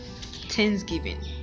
thanksgiving